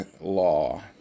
law